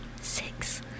Six